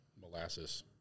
molasses